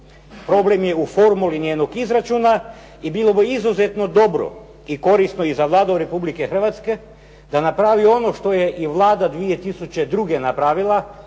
Problem je u formuli njenog izračuna i bilo bi izuzetno dobro i korisno i za Vladu Republike Hrvatske da napravi i ono što je i Vlada 2002. napravila,